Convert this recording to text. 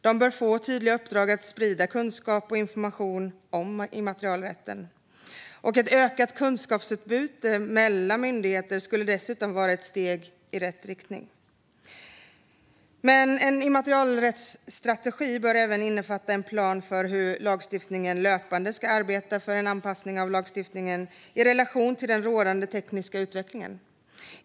De bör få tydliga uppdrag att sprida kunskap och information om immaterialrätten. Ett ökat kunskapsutbyte mellan myndigheter skulle dessutom vara ett steg i rätt riktning. En immaterialrättsstrategi bör dock även innefatta en plan för hur lagstiftaren löpande ska arbeta för en anpassning av lagstiftningen i relation till den rådande tekniska utvecklingen.